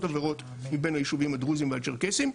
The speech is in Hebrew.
עבירות מבין היישובים הדרוזים והצ'רקסים.